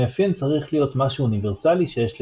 המאפיין צריך להיות משהו אוניברסלי שיש לכולם.